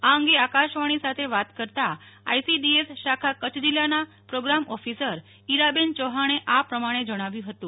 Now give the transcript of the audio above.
આ અંગે આકાશવાણી સાથે વાત કરતા આઈસીડીએસ શાખા કચ્છ જિલ્લાના પ્રોગ્રામ ઓફિસર ઈરાબેન ચૌહાણે આ પ્રમાણે જણાવ્યું હતું